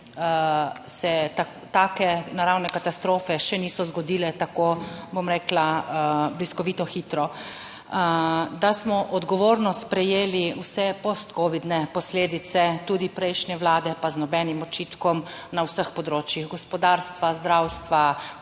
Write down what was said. se take naravne katastrofe še niso zgodile tako, bom rekla, bliskovito hitro. Da smo odgovorno sprejeli vse postcovidne posledice tudi prejšnje vlade, pa z nobenim očitkom na vseh področjih gospodarstva, zdravstva,